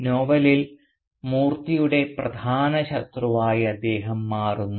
നോവലിൽ മൂർത്തിയുടെ പ്രധാന ശത്രുവായി അദ്ദേഹം മാറുന്നു